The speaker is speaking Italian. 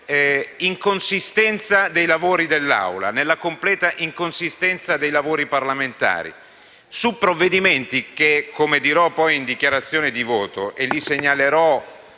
completa inconsistenza dei lavori dell'Aula, nella completa inconsistenza dei lavori parlamentari su provvedimenti di cui parlerò poi in dichiarazione di voto e che segnalerò